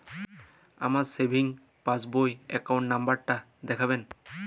আমার savings passbook র account number টা দেখাবেন?